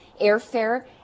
airfare